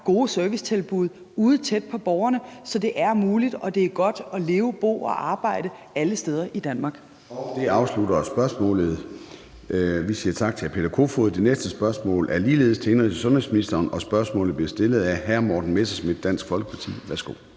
gode servicetilbud ude tæt på borgerne, så det er muligt og det er godt at leve, bo og arbejde alle steder i Danmark. Kl. 13:41 Formanden (Søren Gade): Det afslutter spørgsmålet. Vi siger tak til hr. Peter Kofod. Det næste spørgsmål er ligeledes til indenrigs- og sundhedsministeren, og spørgsmålet bliver stillet af hr. Morten Messerschmidt, Dansk Folkeparti. Kl.